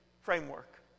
framework